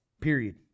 period